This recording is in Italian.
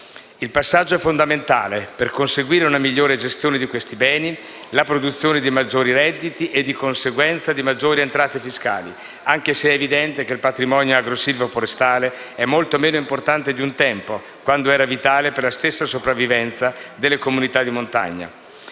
Il passaggio è fondamentale per conseguire una migliore gestione di questi beni, la produzione di maggiori redditi e, di conseguenza, di maggiori entrate fiscali, anche se è evidente che il patrimonio agro-silvo-forestale è molto meno importante di un tempo, quando era vitale per la stessa sopravvivenza delle comunità di montagna.